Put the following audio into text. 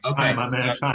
okay